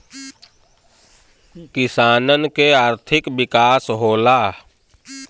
किसानन के आर्थिक विकास होला